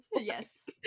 Yes